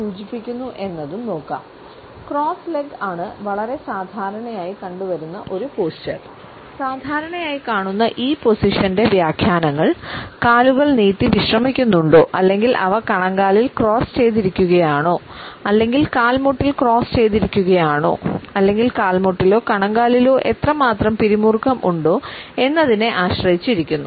സാധാരണയായി കാണുന്ന ഈ പൊസിഷൻന്റെ വ്യാഖ്യാനങ്ങൾ കാലുകൾ നീട്ടി വിശ്രമിക്കുന്നുണ്ടോ അല്ലെങ്കിൽ അവ കണങ്കാലിൽ ക്രോസ് ചെയ്തിരിക്കുകയാണോ അല്ലെങ്കിൽ കാൽമുട്ടിൽ ക്രോസ് ചെയ്തിരിക്കുകയാണോ അല്ലെങ്കിൽ കാൽമുട്ടിലോ കണങ്കാലിലോ എത്രമാത്രം പിരിമുറുക്കം ഉണ്ടോ എന്നതിനെ ആശ്രയിച്ചിരിക്കുന്നു